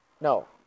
No